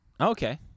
Okay